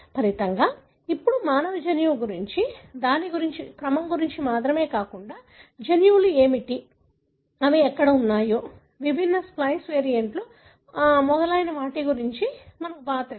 ఫలితంగా ఇప్పుడు మన మానవ జన్యువు గురించి దాని క్రమం గురించి మాత్రమే కాకుండా జన్యువులు ఏమిటి అవి ఎక్కడ ఉన్నాయో విభిన్న స్ప్లైస్ వేరియంట్లు మొదలైన వాటి గురించి కూడా మాకు బాగా తెలుసు